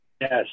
Yes